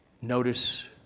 notice